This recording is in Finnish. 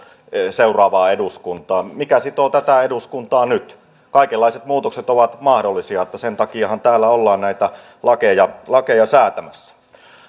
seuraavaa eduskuntaa mikä sitoo tätä eduskuntaa nyt kaikenlaiset muutokset ovat mahdollisia sen takiahan täällä ollaan näitä lakeja säätämässä